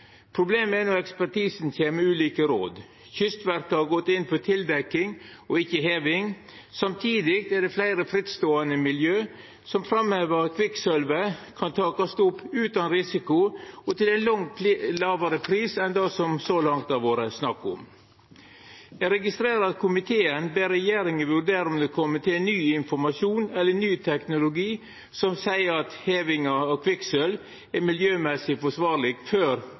Problemet er når ekspertisen kjem med ulike råd. Kystverket har gått inn for tildekking og ikkje heving. Samtidig er det fleire frittståande miljø som framhevar at kvikksølvet kan takast opp utan risiko og til ein langt lågare pris enn det som det så langt har vore snakk om. Eg registrerer at komiteen ber regjeringa vurdera om det er kome til informasjon eller ny teknologi som tilseier at hevinga av kvikksølv er miljømessig forsvarleg, før